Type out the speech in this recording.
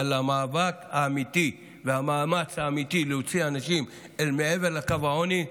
אבל המאבק האמיתי והמאמץ האמיתי להוציא אנשים אל מעבר לקו העוני,